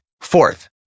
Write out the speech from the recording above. Fourth